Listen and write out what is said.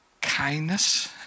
kindness